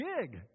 gig